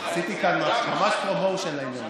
עשיתי כאן ממש promotion לעניין הזה.